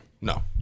No